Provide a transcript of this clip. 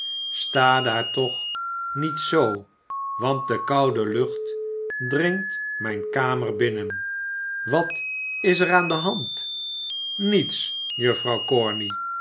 sta daar toch niet zoo want de koude lucht dringt mijne kamer binnen wat is er aan de hand niets juffrouw corney